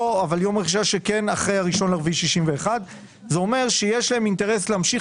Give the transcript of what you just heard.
יום רכישה אחרי ה-1 באפריל 1961. זה אומר שיש להם אינטרס להמשיך